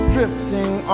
Drifting